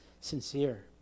sincere